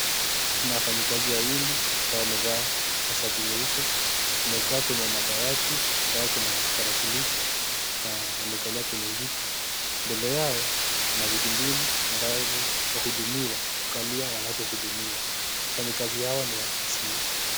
Kuna wafanyikazi wawili ambao wamevaa mashati nyeupe. Wamekaa kwenye madawati ambayo kuna tarakilishi na wamekalia kwenye viti. Mbele yao kuna viti mbili ambavyo wahudumiwa hukalia wanapohudumiwa. Wafanyikazi hawa ni wa KCA.